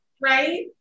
Right